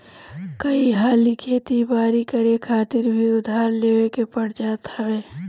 कई हाली खेती बारी करे खातिर भी उधार लेवे के पड़ जात हवे